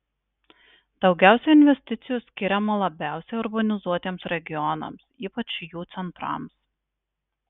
daugiausiai investicijų skiriama labiausiai urbanizuotiems regionams ypač jų centrams